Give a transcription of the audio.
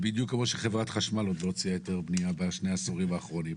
דיוק כמו שחברת חשמל עוד לא הוציאה היתר בנייה בעשורים האחרונים.